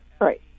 Right